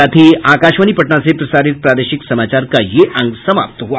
इसके साथ ही आकाशवाणी पटना से प्रसारित प्रादेशिक समाचार का ये अंक समाप्त हुआ